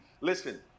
Listen